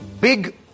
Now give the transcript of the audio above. big